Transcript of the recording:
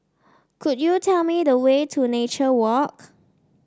could you tell me the way to Nature Walk